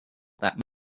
that